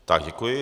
Tak děkuji.